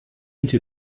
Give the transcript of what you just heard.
into